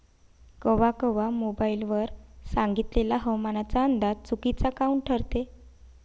कवा कवा मोबाईल वर सांगितलेला हवामानाचा अंदाज चुकीचा काऊन ठरते?